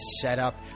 setup